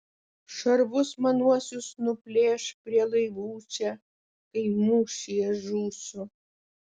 šarvus manuosius nuplėš prie laivų čia kai mūšyje žūsiu